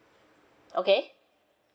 okay